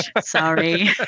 Sorry